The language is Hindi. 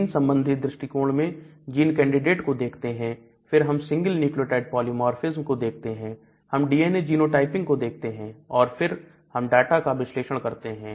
जीन संबंधी दृष्टिकोण में जीन कैंडिडेट को देखते फिर हम एक single nucleotide polymorphism को देखते हैं हम DNA जीनोटाइपिंग को देखते हैं और फिर हम डाटा का विश्लेषण करते हैं